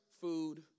food